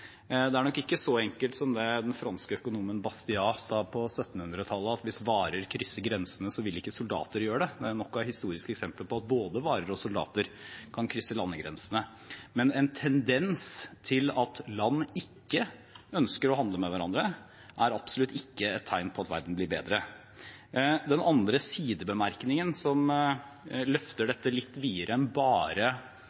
Det er nok ikke så enkelt som det den franske økonomen Bastiat sa på 1800-tallet at hvis varer krysser grensene, så vil ikke soldater gjøre det. Det er nok av historiske eksempler på at både varer og soldater kan krysse landegrensene. Men en tendens til at land ikke ønsker å handle med hverandre, er absolutt ikke et tegn på at verden blir bedre. Den andre sidebemerkningen som løfter